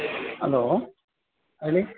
hello ಹೇಳಿ